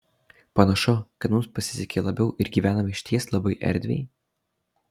panašu kad mums pasisekė labiau ir gyvename išties labai erdviai